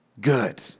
good